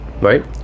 right